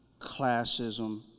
classism